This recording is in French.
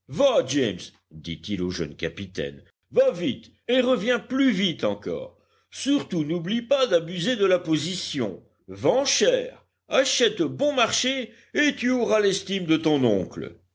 dit-il au jeune capitaine va vite et reviens plus vite encore surtout n'oublie pas d'abuser de la position vends cher achète bon marché et tu auras l'estime de ton oncle